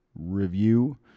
review